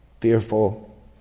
fearful